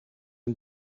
een